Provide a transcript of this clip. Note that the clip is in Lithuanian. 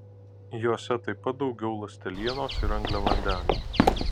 jose taip pat daugiau ląstelienos ir angliavandenių